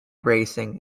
racing